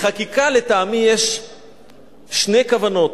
לחקיקה, לטעמי, יש שתי כוונות.